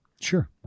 sure